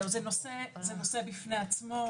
זה נושא בפני עצמו,